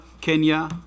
Kenya